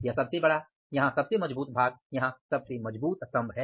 यह सबसे बड़ा यहां सबसे मजबूत भाग यहां सबसे मजबूत स्तंभ है